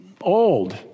old